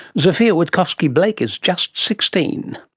zofia witkowski-blake is just sixteen.